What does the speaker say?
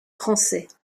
français